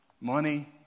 money